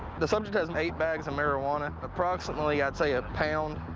the subject has eight bags of marijuana, approximately, i'd say a pound.